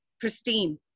pristine